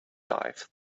dive